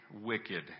wicked